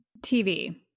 TV